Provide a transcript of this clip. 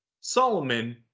Solomon